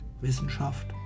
Wissenschaft